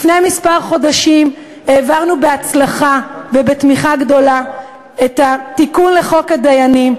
לפני כמה חודשים העברנו בהצלחה ובתמיכה גדולה את התיקון לחוק הדיינים,